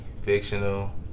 fictional